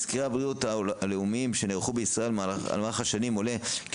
מסקרי הבריאות הלאומיים שנערכו בישראל במהלך השנים עולה כי